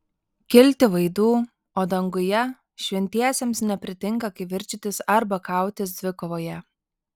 kilti vaidų o danguje šventiesiems nepritinka kivirčytis arba kautis dvikovoje